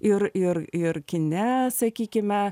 ir ir ir kine sakykime